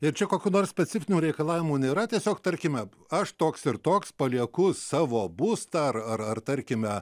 ir čia kokių nors specifinių reikalavimų nėra tiesiog tarkime aš toks ir toks palieku savo būstą ar ar tarkime